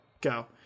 go